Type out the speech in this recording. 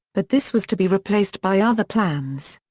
but this was to be replaced by other plans.